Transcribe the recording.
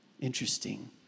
Interesting